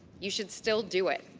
you should still do it.